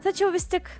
tačiau vis tik